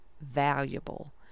valuable